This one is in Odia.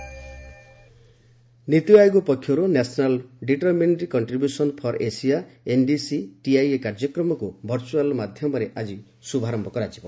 ନୀତି ଆୟୋଗ ନୀତି ଆୟୋଗ ପକ୍ଷରୁ national determined contribution for Asia NDC TIA କାର୍ଯ୍ୟକ୍ରମକୁ ଭର୍ଚୁଆଲ୍ ମାଧ୍ୟମରେ ଆଜି ଶୁଭାରମ୍ଭ କରାଯିବ